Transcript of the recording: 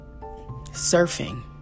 surfing